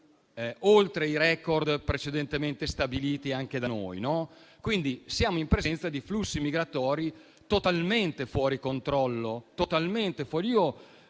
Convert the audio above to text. oltre i *record* precedentemente stabiliti anche da noi; siamo in presenza di flussi migratori totalmente fuori controllo.